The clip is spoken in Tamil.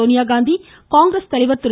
சோனியாகாந்தி காங்கிரஸ் தலைவர் திரு